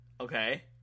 Okay